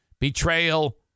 betrayal